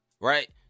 right